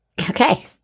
okay